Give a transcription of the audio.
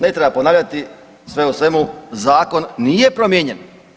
Ne treba ponavljati, sve u svemu, Zakon nije promijenjen.